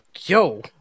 yo